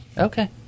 Okay